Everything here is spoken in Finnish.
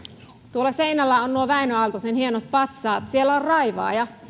tuolla seinällä ovat nuo wäinö aaltosen hienot patsaat siellä on raivaaja se